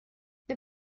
the